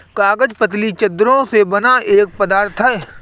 कागज पतली चद्दरों से बना एक पदार्थ है